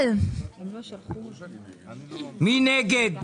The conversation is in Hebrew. מי נגד?